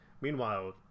Meanwhile